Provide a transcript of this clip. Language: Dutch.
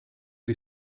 die